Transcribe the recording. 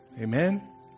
Amen